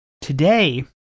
today